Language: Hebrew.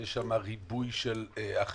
שיש שם ריבוי של אחראים,